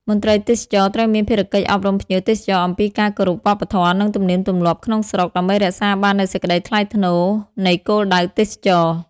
មន្ត្រីទេសចរណ៍ត្រូវមានភារកិច្ចអប់រំភ្ញៀវទេសចរអំពីការគោរពវប្បធម៌ និងទំនៀមទម្លាប់ក្នុងស្រុក ដើម្បីរក្សាបាននូវសេចក្តីថ្លៃថ្នូរនៃគោលដៅទេសចរណ៍។